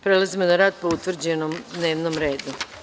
Prelazimo na rad po utvrđenom dnevnom redu.